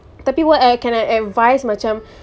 tapi what I I can advice macam